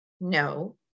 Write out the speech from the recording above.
No